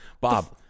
Bob